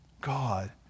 God